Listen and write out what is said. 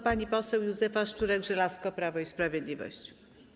Pani poseł Józefa Szczurek-Żelazko, Prawo i Sprawiedliwość.